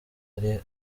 ari